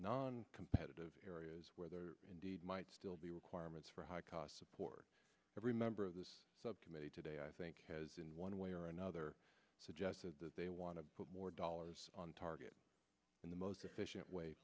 non competitive areas where there indeed might still be requirements for high cost support every member of the subcommittee today i think has in one way or another suggested that they want to put more dollars on target in the most efficient way